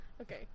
Okay